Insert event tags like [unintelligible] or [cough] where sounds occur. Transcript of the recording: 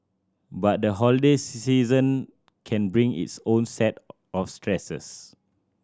but the holiday [unintelligible] season can bring its own set of stresses